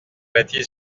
bâtie